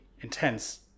intense